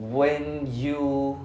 when you